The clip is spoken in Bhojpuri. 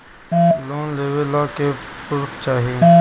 लोन लेवे ला का पुर्फ चाही?